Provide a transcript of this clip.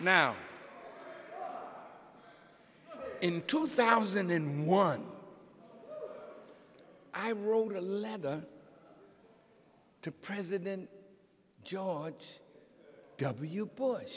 but in two thousand in one i wrote a letter to president george w bush